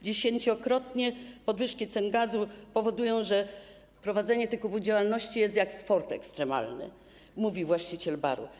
Dziesięciokrotne podwyżki cen gazu powodują, że prowadzenie tego typu działalności jest jak sport ekstremalny - mówi właściciel baru.